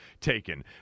taken